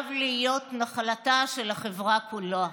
חייב להיות נחלתה של החברה כולה,